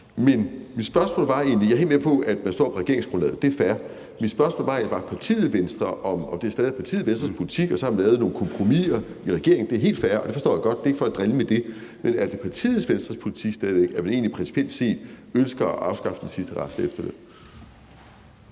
jeg helt med på, at man står på regeringsgrundlaget, det er fair – om det stadig er partiet Venstres politik at afskaffe den sidste rest af efterlønnen. Så har man lavet nogle kompromiser i regeringen, det er helt fair, og det forstår jeg godt, det ikke for at drille med det, men er det stadig væk partiet Venstres politik, at man egentlig principielt set ønsker at afskaffe den sidste rest af efterlønnen?